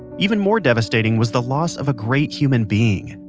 even more devastating, was the loss of a great human being.